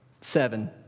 seven